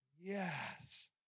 Yes